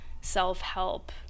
self-help